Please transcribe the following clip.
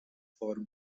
for